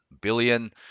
billion